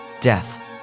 Death